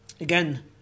again